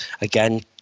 again